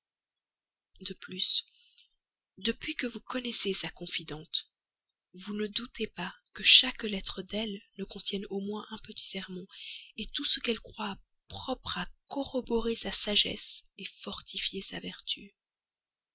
de plus puisque vous connaissez sa confidente vous ne doutez pas que chaque lettre d'elle ne contienne au moins un petit sermon tout ce qu'elle croit propre à corroborer sa sagesse fortifier sa vertu